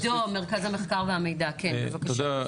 עידו, מרכז המחקר והמידע, כן, בבקשה.